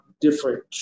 different